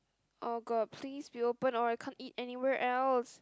oh god please be open or I can't eat anywhere else